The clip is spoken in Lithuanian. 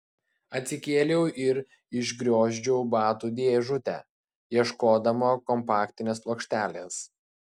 atsikėliau ir išgriozdžiau batų dėžutę ieškodama kompaktinės plokštelės